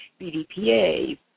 BDPA